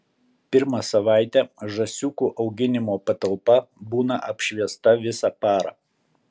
pirmą savaitę žąsiukų auginimo patalpa būna apšviesta visą parą